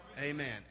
Amen